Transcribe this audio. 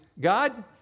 God